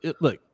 look